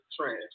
trash